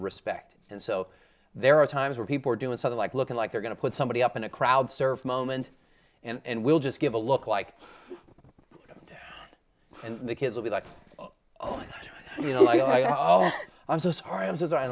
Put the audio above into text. respect and so there are times where people are doing sort of like looking like they're going to put somebody up in a crowd surf moment and we'll just give a look like and the kids would be like oh you know like oh oh i'm so sorry i'm s